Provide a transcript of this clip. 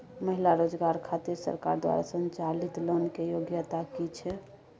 महिला रोजगार खातिर सरकार द्वारा संचालित लोन के योग्यता कि छै?